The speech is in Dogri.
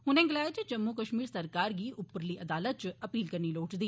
उनें गलाया ज जम्मू कश्मीर सरकार गी उपरली अदालतै इच अपील करनी लोढ़चदी